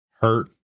hurt